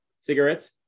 cigarettes